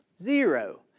Zero